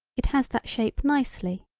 it has that shape nicely.